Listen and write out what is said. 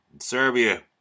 serbia